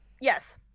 yes